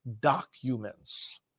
documents